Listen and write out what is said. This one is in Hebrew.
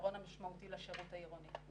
הפתרון המשמעותי לשירות העירוני.